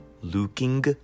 looking